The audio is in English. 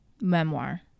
memoir